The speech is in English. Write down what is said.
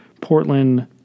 Portland